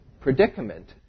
predicament